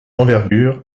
d’envergure